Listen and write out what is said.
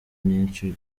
myinshi